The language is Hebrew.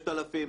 6,000 מטילות,